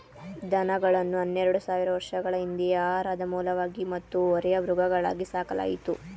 ದನಗಳನ್ನು ಹನ್ನೆರೆಡು ಸಾವಿರ ವರ್ಷಗಳ ಹಿಂದೆಯೇ ಆಹಾರದ ಮೂಲವಾಗಿ ಮತ್ತು ಹೊರೆಯ ಮೃಗಗಳಾಗಿ ಸಾಕಲಾಯಿತು